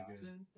good